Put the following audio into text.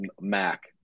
Mac